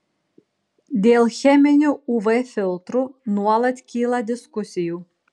dėl cheminių uv filtrų nuolat kyla diskusijų